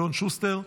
אלון שוסטר,